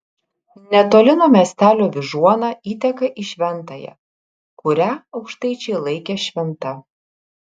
netoli nuo miestelio vyžuona įteka į šventąją kurią aukštaičiai laikė šventa